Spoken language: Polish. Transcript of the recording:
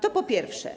To po pierwsze.